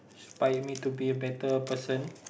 inspire me to be a better person